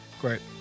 Great